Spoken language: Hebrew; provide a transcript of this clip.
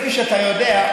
כפי שאתה יודע,